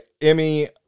Emmy